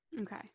Okay